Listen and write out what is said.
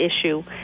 issue